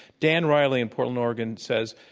dan riley in portland, oregon, says,